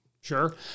sure